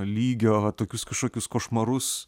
lygio tokius kažkokius košmarus